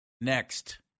Next